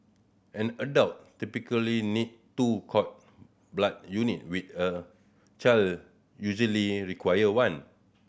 an adult typically need two cord blood unit with a child usually require one